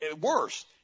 worse